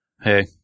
Hey